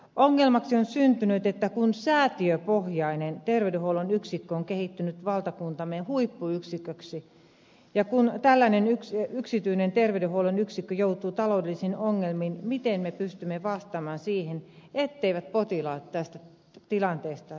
ongelmaksi on syntynyt se että säätiöpohjainen terveydenhuollon yksikkö on kehittynyt valtakuntamme huippuyksiköksi ja kun tällainen yksityinen terveydenhuollon yksikkö joutuu taloudellisiin ongelmiin miten me pystymme vastaamaan siihen etteivät potilaat tästä tilanteesta tulisi kärsimään